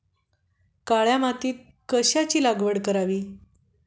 काळ्या मातीत कशाची लागवड करावी?